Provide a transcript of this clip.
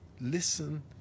listen